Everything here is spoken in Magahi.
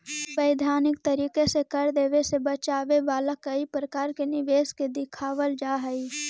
वैधानिक तरीके से कर देवे से बचावे वाला कई प्रकार के निवेश के दिखावल जा हई